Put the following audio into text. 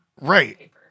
right